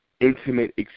intimate